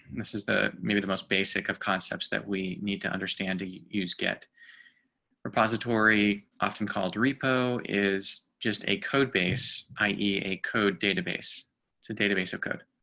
and this is the maybe the most basic of concepts that we need to understand to use get repository, often called repo is just a code base, ie a code database to database of code.